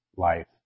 life